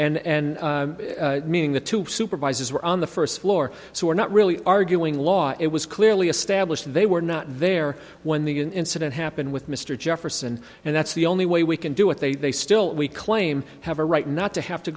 and meaning the two supervisors were on the first floor so we're really not arguing law it was clearly established they were not there when the an incident happened with mr jefferson and that's the only way we can do what they they still we claim have a right not to have to